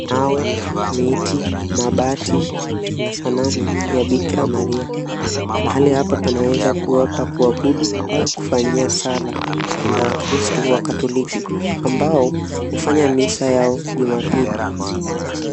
Mawe, miti, mabati na sanamu ya Bikra Maria. Mahali hapa panaweza kuwa pa kuabudu au kufanyia sala za wakiristu wakatoliki ambao hufanya misa yao jumapili.